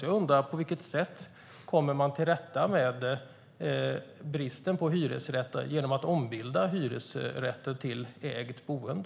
Jag undrar: På vilket sätt kommer man till rätta med bristen på hyresrätter genom att ombilda hyresrätter till ägt boende?